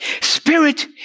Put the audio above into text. Spirit